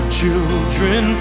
children